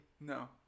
No